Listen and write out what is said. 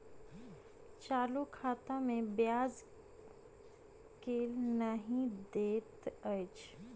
चालू खाता मे ब्याज केल नहि दैत अछि